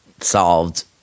solved